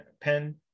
pen